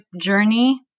journey